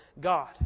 God